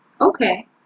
Okay